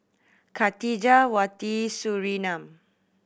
Khatijah Wati Surinam